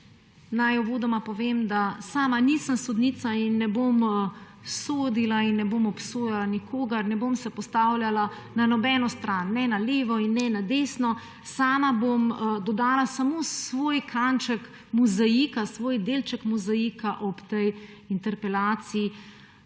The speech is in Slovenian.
Naj uvodoma povem, da sama nisem sodnica in ne bom sodila in ne bom obsojala nikogar, ne bom se postavljala na nobeno stran, ne na levo in ne na desno, sama bom dodala samo svoj kanček mozaika, svoj delček mozaika ob tej interpelaciji.